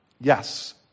Yes